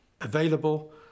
available